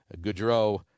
Goudreau